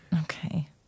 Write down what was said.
Okay